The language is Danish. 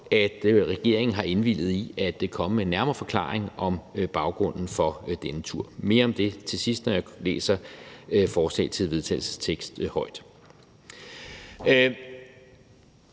at regeringen har indvilliget i at komme med en nærmere forklaring på baggrunden for denne tur. Mere om det til sidst, når jeg læser forslaget til vedtagelse op.